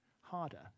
harder